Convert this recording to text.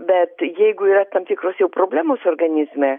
bet jeigu yra tam tikros jau problemos organizme